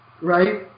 right